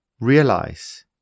realize